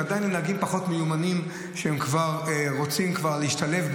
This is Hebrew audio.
ועדיין נהגים פחות מיומנים שרוצים להשתלב,